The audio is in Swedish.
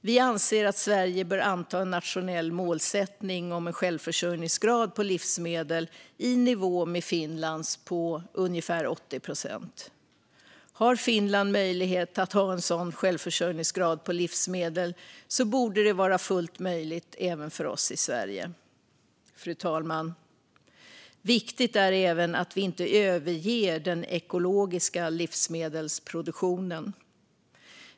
Vi anser att Sverige bör anta en nationell målsättning om en självförsörjningsgrad för livsmedel i nivå med Finlands på ungefär 80 procent. Har Finland möjlighet att ha en sådan självförsörjningsgrad för livsmedel borde det vara fullt möjligt även för oss i Sverige. Fru talman! Viktigt är även att vi inte överger den ekologiska livsmedelsproduktionen.